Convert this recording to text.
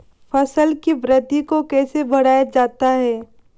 फसल की वृद्धि को कैसे बढ़ाया जाता हैं?